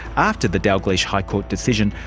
after the dalgliesh high court decision,